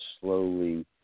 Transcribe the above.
slowly